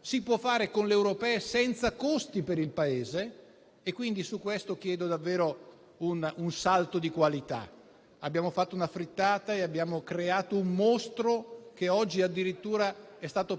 si può fare con le elezioni europee senza costi per il Paese e quindi su questo chiedo davvero un salto di qualità. Abbiamo fatto una frittata e abbiamo creato un mostro che oggi è stato addirittura